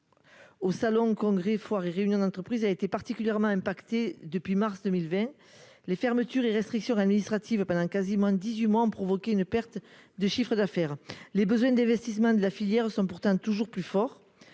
Au salon congrès réunion d'entreprise a été particulièrement impactés depuis mars 2020 les fermetures et restrictions administratives pendant quasiment 18 mois ont provoqué une perte de chiffre d'affaires, les besoins d'investissement de la filière sont pourtant toujours plus fort,